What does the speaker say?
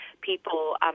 people